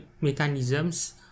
mechanisms